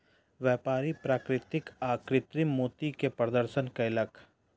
व्यापारी प्राकृतिक आ कृतिम मोती के प्रदर्शन कयलक